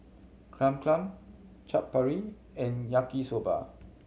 Cham Cham Chaat Papri and Yaki Soba